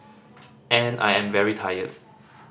and I am very tired